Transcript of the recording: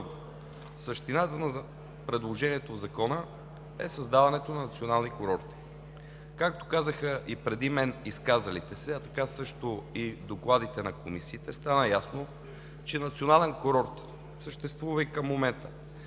същината на предложението в Закона е създаването на национални курорти, както казаха и преди мен изказалите се, а така също и от докладите на комисиите стана ясно, че национален курорт съществува и към момента